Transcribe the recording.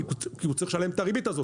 כי הוא צריך לשלם את הריבית הזאת.